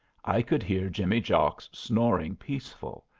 i could hear jimmy jocks snoring peaceful,